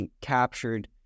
captured